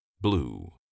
blue